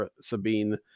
Sabine